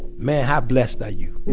man, how blessed are you?